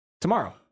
Tomorrow